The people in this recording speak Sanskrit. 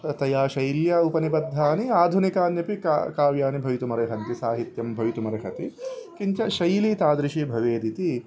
तया शैल्या उपनिबद्धानि आधुनिकान्यपि का काव्यानि भवितुमर्हन्ति साहित्यं भवितुम् अर्हति किञ्च शैली तादृशी भवेदिति